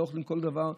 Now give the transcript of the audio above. לא אוכלים כל דבר?